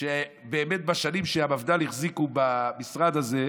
שבאמת בשנים שבהן המפד"ל החזיקו במשרד הזה,